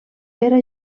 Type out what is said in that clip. era